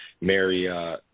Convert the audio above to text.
Mary